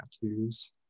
tattoos